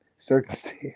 circumstance